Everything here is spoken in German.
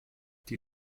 die